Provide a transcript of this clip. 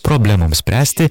problemoms spręsti